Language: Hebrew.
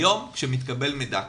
היום כשמתקבל מידע כזה,